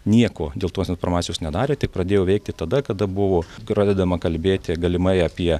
nieko dėl tos informacijos nedarė tik pradėjo veikti tada kada buvo pradedama kalbėti galimai apie